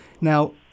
Now